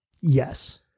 Yes